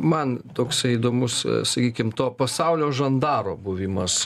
man toksai įdomus sakykim to pasaulio žandaro buvimas